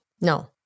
No